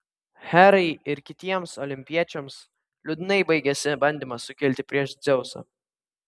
herai ir kitiems olimpiečiams liūdnai baigėsi bandymas sukilti prieš dzeusą